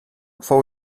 fou